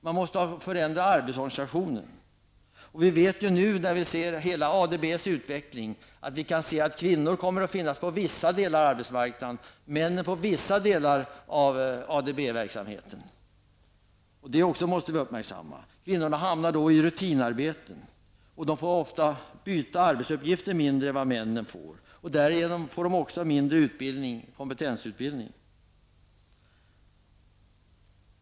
Man måste förändra arbetsorganisationen. Vi vet nu, när vi ser hela ADBs utveckling, att kvinnor kommer att finnas inom vissa delar och män inom vissa delar av ADB verksamheten. Det måste vi också uppmärksamma. Kvinnorna hamnar i rutinarbeten. De får byta arbetsuppgifter mer sällan än männen får. Därigenom får de mindre kompetensutbildning.